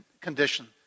condition